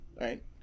right